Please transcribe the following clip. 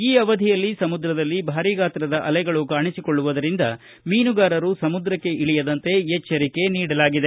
ಈ ಅವಧಿಯಲ್ಲಿ ಸಮುದ್ರದಲ್ಲಿ ಭಾರೀ ಗಾತ್ರದ ಅಲೆಗಳು ಕಾಣಿಸಿಕೊಳ್ಳುವುದರಿಂದ ಮೀನುಗಾರರು ಸಮುದ್ರಕ್ಕೆ ಇಳಿಯದಂತೆ ಎಚ್ವರಿಕೆ ನೀಡಲಾಗಿದೆ